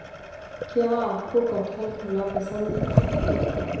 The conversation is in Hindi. क्या आपको कठहल खाना पसंद है?